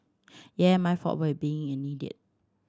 yeah my fault for being an idiot